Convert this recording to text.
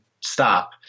stop